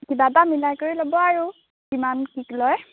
কিবা এটা মিলাই কৰি ল'ব আাৰু কিমান কি লয়